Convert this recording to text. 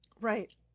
right